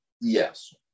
Yes